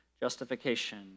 justification